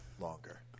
Longer